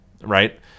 right